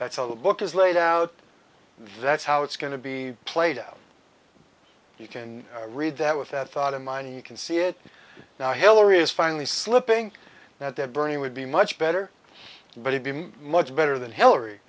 that's how the book is laid out that's how it's going to be played out you can read that with that thought in mind you can see it now hillary is finally slipping now that bernie would be much better but he'd be much better than hillary